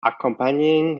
accompanying